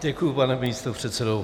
Děkuji, pane místopředsedo.